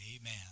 Amen